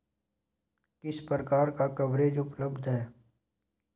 किस प्रकार का कवरेज उपलब्ध है?